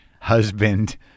husband